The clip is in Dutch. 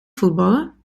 voetballen